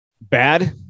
bad